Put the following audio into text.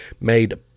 made